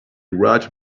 right